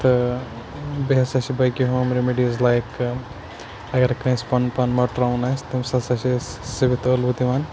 تہٕ بیٚیہِ ہَسا چھِ باقٕے ہوم ریمِڈیٖز لایِک اگر کٲنٛسہِ پَنُن پان مَٹراوُن آسہِ تٔمِس ہَسا چھِ أسۍ سِوِتھ ٲلوٕ یِوان